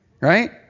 Right